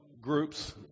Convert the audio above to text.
groups